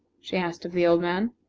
she asked of the old man.